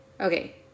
Okay